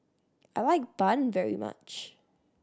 I like bun very much